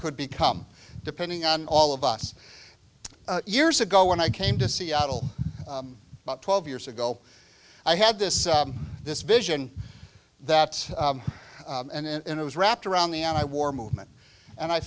could become depending on all of us years ago when i came to seattle about twelve years ago i had this this vision that and it was wrapped around the anti war movement and i